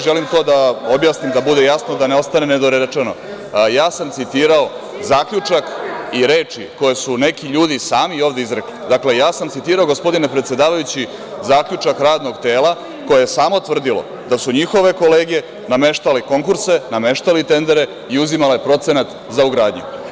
Želim to da objasnim, da bude jasno, da ne ostane nedorečeno, citirao sam zaključak i reči koje su neki ljudi sami ovde izrekli, zaključak radnog tela koje je samo tvrdilo da su njihove kolege nameštale konkurse, nameštali tendere i uzimale procenat za ugradnju.